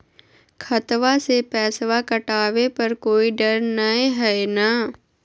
खतबा से पैसबा कटाबे पर कोइ डर नय हय ना?